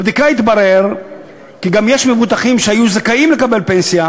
בבדיקה התברר כי גם יש מבוטחים שהיו זכאים לקבל פנסיה